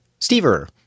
Stever